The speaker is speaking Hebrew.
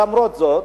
למרות זאת,